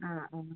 ആ ആ